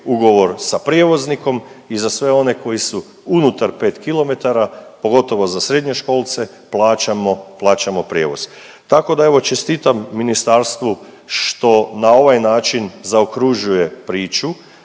ugovor sa prijevoznikom i za sve one koji su unutar 5km, pogotovo za srednjoškolce plaćamo prijevoz. Tako da evo čestitam ministarstvu što na ovaj način zaokružuje priču,